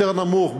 יותר נמוך,